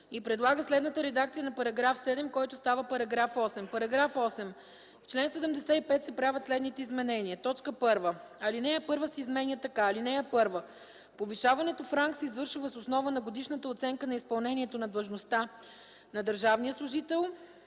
предлага следната редакция на § 7, който става § 8: „§ 8. В чл. 75 се правят следните изменения: 1. Алинея 1 се изменя така: „(1) Повишаването в ранг се извършва въз основа на годишната оценка на изпълнението на длъжността на държавния служител: